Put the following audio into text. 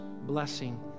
blessing